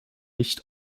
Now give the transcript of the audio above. nicht